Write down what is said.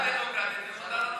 אנחנו מפלגה דמוקרטית,